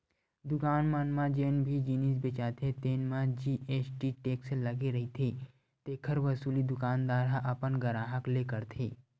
दुकान मन म जेन भी जिनिस बेचाथे तेन म जी.एस.टी टेक्स लगे रहिथे तेखर वसूली दुकानदार ह अपन गराहक ले करथे